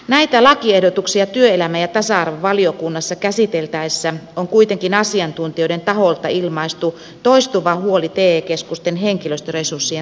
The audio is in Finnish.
näitä lakiehdotuksia työelämä ja tasa arvovaliokunnassa käsiteltäessä on kuitenkin asiantuntijoiden taholta ilmaistu toistuva huoli te keskusten henkilöstöresurssien riittävyydestä